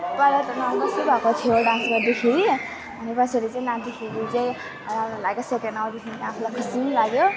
पहिला त नर्भसै भएको थियो डान्स गर्दाखेरि अनि पछाडि चाहिँ नाच्दाखेरि चाहिँ राम्रो लाग्यो सेकेन्ड आउँदाखेरि आफूलाई खुसी नि लाग्यो